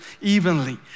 evenly